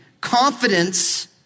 Confidence